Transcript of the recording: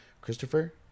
Christopher